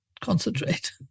concentrate